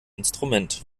instrument